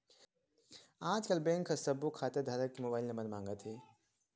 आजकल बेंक ह सब्बो खाता धारक के मोबाईल नंबर मांगथे